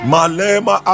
Malema